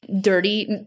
dirty